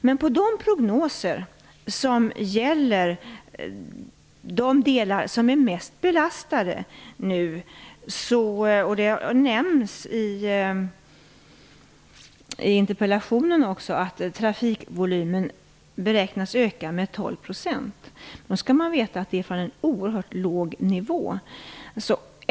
Men enligt prognoserna för de mest belastade delarna, vilket också nämns i interpellationen, beräknas trafikvolymen öka med 12 %. Då skall man veta att ökningen sker från en oerhört låg nivå.